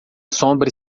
sombra